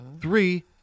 Three